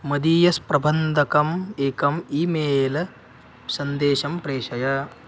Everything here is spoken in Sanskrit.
मदीयप्रबन्धकम् एकम् ई मेल सन्देशं प्रेषय